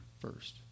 first